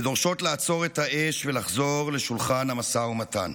ודורשות לעצור את האש ולחזור לשולחן המשא ומתן.